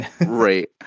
Right